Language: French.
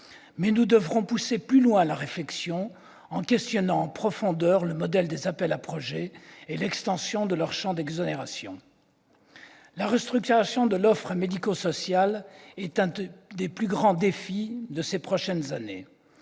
mais nous devrons pousser plus loin la réflexion en questionnant en profondeur le modèle des appels à projets et l'extension de leur champ d'exonération. La restructuration de l'offre médico-sociale est l'un des plus grands défis de ces prochaines années.